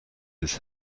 his